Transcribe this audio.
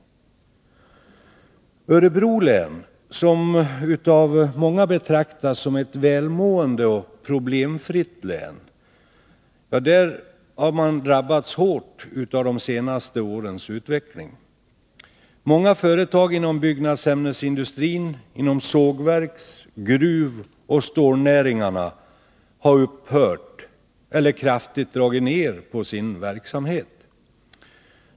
I Örebro län, som av många betraktas som ett välmående och problemfritt län, har man drabbats hårt av de senaste årens utveckling. Många företag inom byggnadsämnesindustrin, inom sågverks-, gruvoch stålnäringarna har upphört eller kraftigt dragit ned på sin verksamhet.